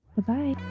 Bye-bye